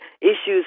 issues